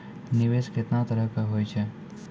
निवेश केतना तरह के होय छै?